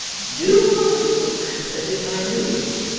do i look as if i know'd em,